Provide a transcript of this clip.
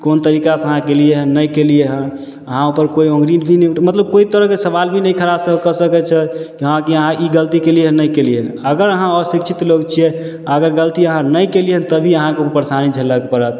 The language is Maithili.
कोन तरीकासँ अहाँ केलिए हँ नहि केलिए हँ अहाँपर कोइ अङ्गुरी भी नहि उठा मतलब कोइ तरहके सवाल भी नहि खड़ा करि सकै छै जे कि हँ अहाँ ई गलती केलिए हँ नहि केलिए हँ अगर अहाँ अशिक्षित लोक छिए अगर गलती अहाँ नहि केलिए तब भी अहाँके ओ परेशानी झेलऽ पड़त